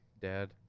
Dad